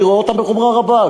אני רואה בחומרה רבה,